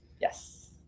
Yes